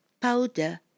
powder